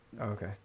okay